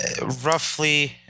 roughly